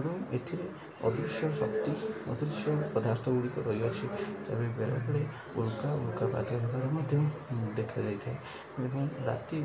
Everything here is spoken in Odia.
ଏବଂ ଏଥିରେ ଅଦୃଶ୍ୟ ଶକ୍ତି ଅଦୃଶ୍ୟ ପଦାର୍ଥଗୁଡ଼ିକ ରହିଅଛି ତବେ ବେଳେବେଳେ ଉଲ୍କା ଉଲ୍କା ପାଦ ହେବାରେ ମଧ୍ୟ ଦେଖାଯାଇଥାଏ ଏବଂ ରାତି